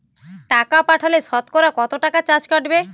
টাকা পাঠালে সতকরা কত টাকা চার্জ কাটবে?